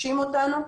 ופוגשים אותנו.